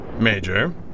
Major